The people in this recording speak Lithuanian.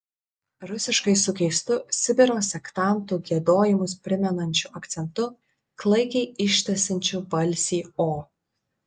rusiškai su keistu sibiro sektantų giedojimus primenančiu akcentu klaikiai ištęsiančiu balsį o